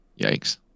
Yikes